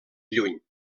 lluny